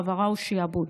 העברה או שעבוד,